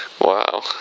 Wow